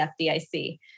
FDIC